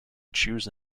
choose